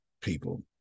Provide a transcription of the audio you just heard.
people